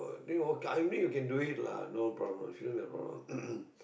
I mean you can do it lah no problem sure no problem